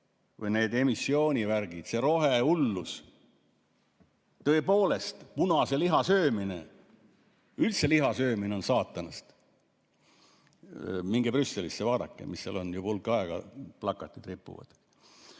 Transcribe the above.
või emissioonivärgid, see rohehullus. Tõepoolest, punase liha söömine, üldse liha söömine on saatanast. Minge Brüsselisse, vaadake, mis seal on, juba hulk aega plakatid ripuvad.